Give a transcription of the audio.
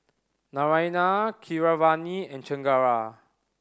Naraina Keeravani and Chengara